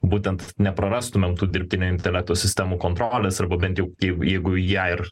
būtent neprarastumėm tų dirbtinio intelekto sistemų kontrolės arba bent kai jau jeigu ją ir